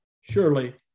surely